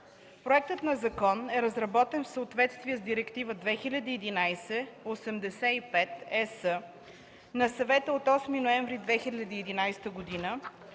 Проектът на закон е разработен в съответствие с Директива 2011/85/ЕС на Съвета от 8 ноември 2011 г.